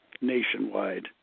nationwide